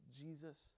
Jesus